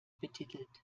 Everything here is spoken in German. betitelt